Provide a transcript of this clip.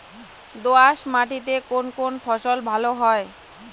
দোঁয়াশ মাটিতে কোন কোন ফসল ভালো হয়?